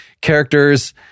characters